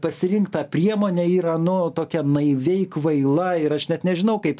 pasirinkta priemonė yra nu tokia naiviai kvaila ir aš net nežinau kaip